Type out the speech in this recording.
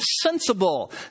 sensible